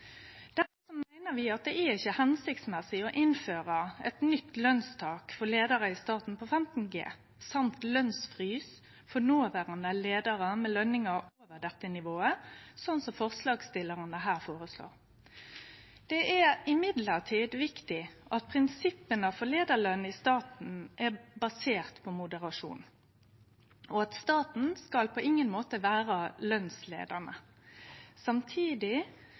meiner vi at det ikkje er hensiktsmessig å innføre eit nytt lønstak for leiarar i staten på 15G, og lønsfrys for noverande leiarar med løningar over dette nivået, slik forslagsstillarane her føreslår. Det er likevel viktig at prinsippa for leiarløn i staten er baserte på moderasjon, og at staten på ingen måte skal vere lønsleiande. Samtidig